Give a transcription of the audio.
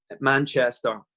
Manchester